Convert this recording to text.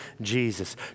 Jesus